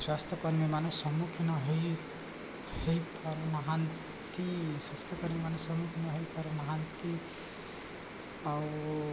ସ୍ୱାସ୍ଥ୍ୟକର୍ମୀ ମାନେ ସମ୍ମୁଖୀନ ହେଇ ହେଇପାରୁନାହାନ୍ତି ସ୍ୱାସ୍ଥ୍ୟକର୍ମୀ ମାନେ ସମ୍ମୁଖୀନ ହେଇପାରୁନାହାନ୍ତି ଆଉ